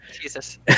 Jesus